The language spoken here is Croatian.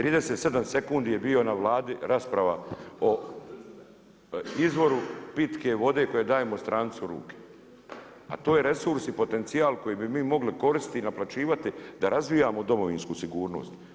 37 sekundi je bila na Vladi rasprava o izvoru pitke vode koje dajemo strancu u ruke, a to je resurs i potencijal koji bi mogli koristiti i naplaćivati da razvijamo Domovinsku sigurnost.